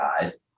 guys